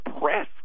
press